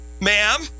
ma'am